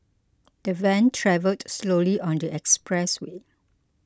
the van travelled slowly on the expressway